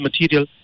material